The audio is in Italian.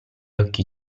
occhi